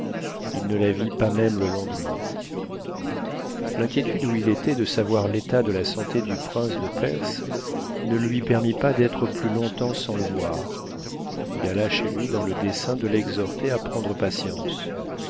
il ne la vit pas même le lendemain l'inquiétude où il était de savoir l'état de la santé du prince de perse ne lui permit pas d'être plus longtemps sans le voir il alla chez lui dans le dessein de l'exhorter à prendre patience